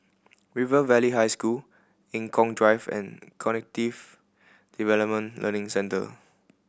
River Valley High School Eng Kong Drive and Cognitive Development Learning Centre